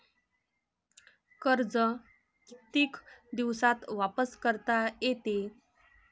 कर्ज कितीक दिवसात वापस करता येते?